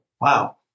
wow